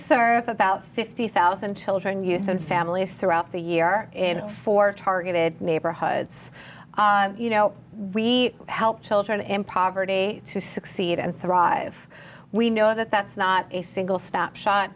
serve about fifty thousand children use in families throughout the year in four targeted neighborhoods you know we help children in poverty to succeed and thrive we know that that's not a single stop shot